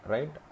Right